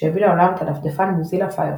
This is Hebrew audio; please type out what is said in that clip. שהביא לעולם את הדפדפן מוזילה פיירפוקס.